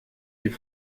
die